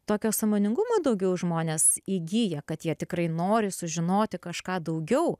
tokio sąmoningumo daugiau žmonės įgiję kad jie tikrai nori sužinoti kažką daugiau